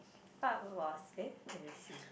I'm lost eh there you see